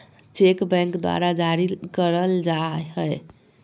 cheque bank द्वारा जारी करल जाय हय